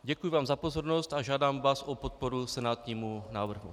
Děkuji vám za pozornost a žádám vás o podporu senátnímu návrhu.